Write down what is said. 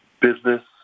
business